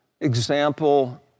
example